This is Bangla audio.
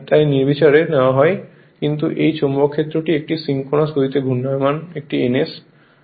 তাই নির্বিচারে নেওয়া হয় কিন্তু এই চৌম্বক ক্ষেত্রটি একটি সিনক্রোনাস গতিতে ঘূর্ণায়মান একটি ns